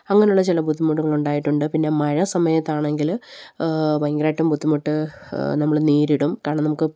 അങ്ങനെയുള്ള ചില ബുദ്ധിമുട്ടുകൾ ഉണ്ടായിട്ടുണ്ട് പിന്നെ മഴ സമയത്താണെങ്കിൽ ഭയങ്കരമായിട്ട് ബുദ്ധിമുട്ട് നമ്മൾ നേരിടും കാരണം നമുക്ക്